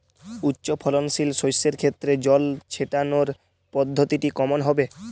উচ্চফলনশীল শস্যের ক্ষেত্রে জল ছেটানোর পদ্ধতিটি কমন হবে?